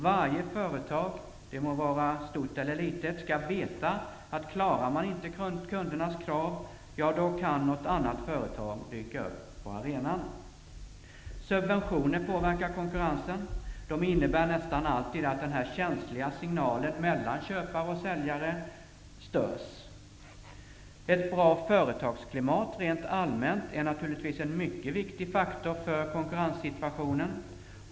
Varje företag -- det må vara stort eller litet -- skall veta att klarar man inte kundernas krav, ja, då kan något annat företag dyka upp på arenan. Subventioner påverkar konkurrensen. De innebär nästan alltid att den känsliga signalen mellan köpare och säljare störs. Ett bra företagsklimat rent allmänt är naturligtvis en mycket viktig faktor för konkurrenssituationen.